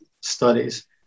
studies